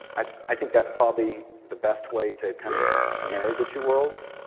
i think that's probably the best way to kind of marry the two worlds